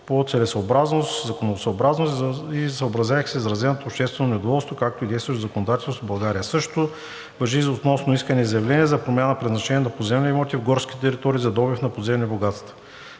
по целесъобразност и законосъобразност, съобразявайки се с изразеното обществено недоволство, както и с действащото законодателство в Република България. Същото важи и относно искания/заявления за промяна на предназначението на поземлени имоти в горски територии за добив на подземни богатства.